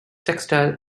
textile